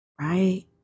right